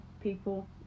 people